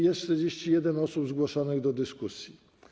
Jest 41 osób zgłoszonych do dyskusji.